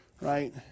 right